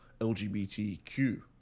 LGBTQ